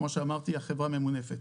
כמו שאמרתי, החברה ממונפת.